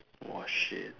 !wah! shit